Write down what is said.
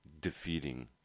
defeating